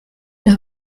los